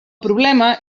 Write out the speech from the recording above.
problema